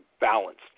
balanced